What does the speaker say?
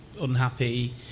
unhappy